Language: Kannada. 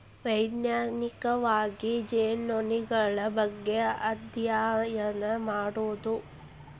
ವೈಜ್ಞಾನಿಕವಾಗಿ ಜೇನುನೊಣಗಳ ಬಗ್ಗೆ ಅದ್ಯಯನ ಮಾಡುದು